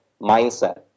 mindset